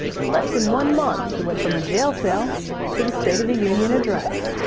in less than one month he went from a jail cell to the state of the union address.